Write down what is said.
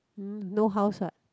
no house what